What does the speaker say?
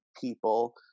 people